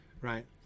right